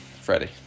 Freddie